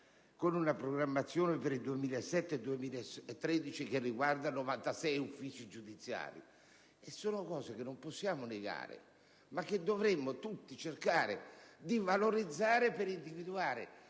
con una programmazione per il 2007-2013 che riguarda 96 uffici giudiziari, queste sono cose che non possiamo negare, ma che tutti dovremmo cercare di valorizzare per individuare